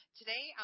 today